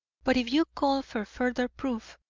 but if you call for further proof,